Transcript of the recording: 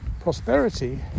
Prosperity